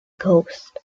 coast